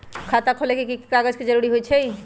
खाता खोले में कि की कागज के जरूरी होई छइ?